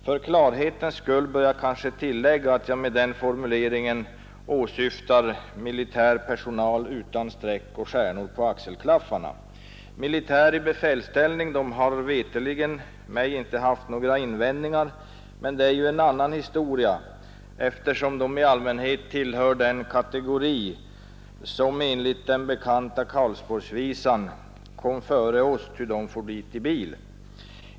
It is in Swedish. För klarhetens skull bör jag kanske tillägga att jag med den formuleringen åsyftar militär personal utan streck och stjärnor på axelklaffarna. Militär i befälsställning har mig veterligt inte haft några invändningar, men det är en annan historia, eftersom dessa i allmänhet tillhör den kategori som enligt den bekanta Karlsborgsvisan ”kom före oss ty dom for dit i bil”.